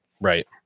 Right